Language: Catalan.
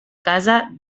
casa